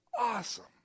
awesome